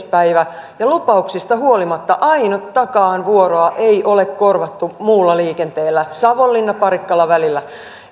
päivä ja lupauksista huolimatta ainuttakaan vuoroa ei ole korvattu muulla liikenteellä savonlinna parikkala välillä